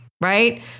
right